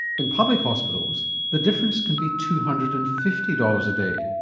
in public hospitals, the difference can be two hundred and fifty dollars a day.